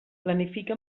planifica